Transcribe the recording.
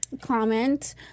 Comment